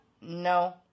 no